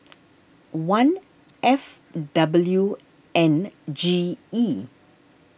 one F W N G E